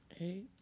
Eight